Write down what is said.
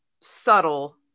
subtle